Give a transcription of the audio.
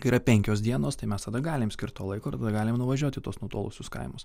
yra penkios dienos tai mes tada galim skirt to laiko ir tada galim nuvažiuot į tuos nutolusius kaimus